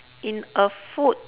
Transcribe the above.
in a food